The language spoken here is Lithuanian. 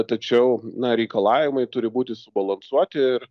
tačiau na reikalavimai turi būti subalansuoti ir